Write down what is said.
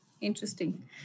Interesting